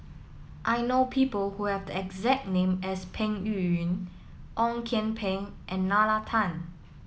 I know people who have the exact name as Peng Yuyun Ong Kian Peng and Nalla Tan